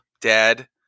dad